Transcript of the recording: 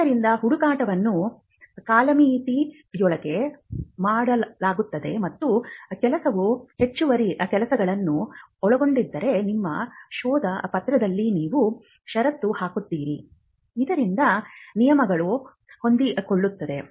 ಆದ್ದರಿಂದ ಹುಡುಕಾಟವನ್ನು ಕಾಲಮಿತಿಯೊಳಗೆ ಮಾಡಲಾಗುತ್ತದೆ ಮತ್ತು ಕೆಲಸವು ಹೆಚ್ಚುವರಿ ಕೆಲಸಗಳನ್ನು ಒಳಗೊಂಡಿದ್ದರೆ ನಿಮ್ಮ ಶೋಧ ಪತ್ರದಲ್ಲಿ ನೀವು ಷರತ್ತು ಹಾಕುತ್ತೀರಿ ಇದರಿಂದ ನಿಯಮಗಳು ಹೊಂದಿಕೊಳ್ಳುತ್ತವೆ